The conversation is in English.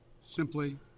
Simply